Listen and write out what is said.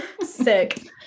sick